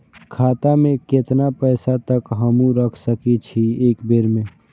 खाता में केतना पैसा तक हमू रख सकी छी एक बेर में?